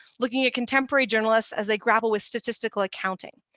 looking at contemporary journalists as they grapple with statistical accounting.